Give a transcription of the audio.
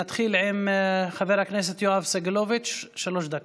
נתחיל עם חבר הכנסת יואב סגלוביץ', שלוש דקות.